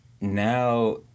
now